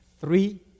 Three